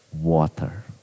water